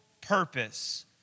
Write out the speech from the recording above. purpose